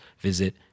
visit